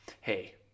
Hey